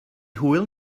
hwyl